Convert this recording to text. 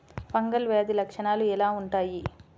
Fungal వ్యాధి లక్షనాలు ఎలా వుంటాయి?